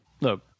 look